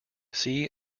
see